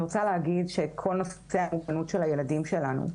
כל נושא המוגנות של הילדים שלנו,